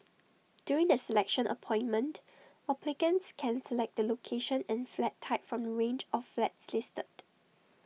during the selection appointment applicants can select the location and flat type from the range of flats listed